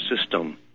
system